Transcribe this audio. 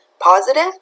positive